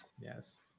Yes